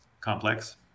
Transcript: complex